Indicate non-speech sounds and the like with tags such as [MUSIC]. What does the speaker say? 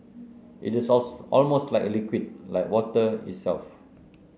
it is [UNINTELLIGIBLE] almost like a liquid like water itself